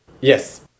Yes